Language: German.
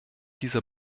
diese